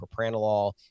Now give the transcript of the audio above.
propranolol